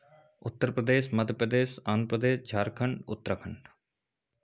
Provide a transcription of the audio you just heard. Uttar Pradesh Madhya Pradesh Andhra Pradesh Jharkhand Uttarakhand